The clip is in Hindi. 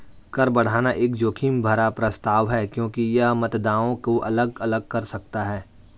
कर बढ़ाना एक जोखिम भरा प्रस्ताव है क्योंकि यह मतदाताओं को अलग अलग कर सकता है